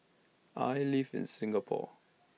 I live in Singapore